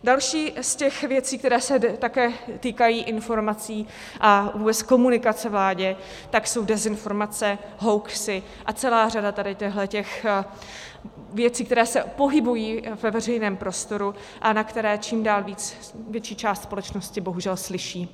Další z těch věcí, které se také týkají informací a vůbec komunikace vládě, jsou dezinformace, hoaxy a celá řada tady těchhle věcí, které se pohybují ve veřejném prostoru a na které čím dál víc větší část společnosti bohužel slyší.